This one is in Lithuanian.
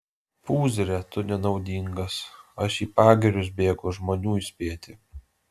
pūzre tu nenaudingas aš į pagirius bėgu žmonių įspėti